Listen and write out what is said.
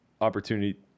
opportunity